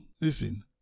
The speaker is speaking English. Listen